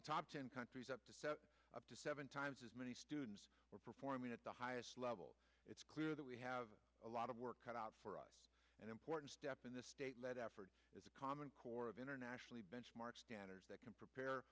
the top ten countries up to step up to seven times as many students are performing at the highest level it's clear that we have a lot of work cut out for us an important step in this led effort is a common core of internationally benchmark standards that can prepare